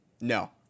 No